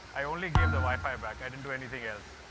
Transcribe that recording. i only gave the wi fi back. i didn't do anything else